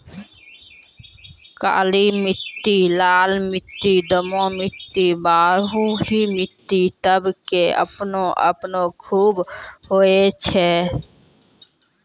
काली मिट्टी, लाल मिट्टी, दोमट मिट्टी, बलुआही मिट्टी सब के आपनो आपनो खूबी होय छै